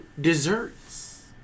desserts